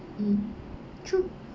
mm true